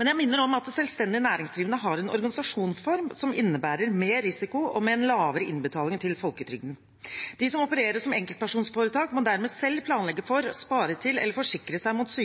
Men jeg minner om at selvstendig næringsdrivende har en organisasjonsform som innebærer mer risiko og en lavere innbetaling til folketrygden. De som opererer som enkeltpersonforetak, må dermed selv planlegge for, spare til eller forsikre seg mot